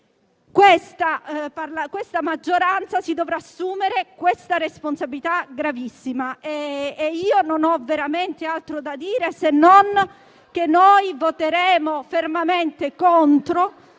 questa maggioranza dovrà assumersi questa responsabilità gravissima. Io non ho veramente altro da dire, se non che noi voteremo fermamente contro,